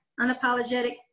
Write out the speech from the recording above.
unapologetic